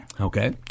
Okay